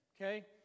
Okay